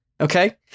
okay